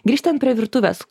grįžtant prie virtuvės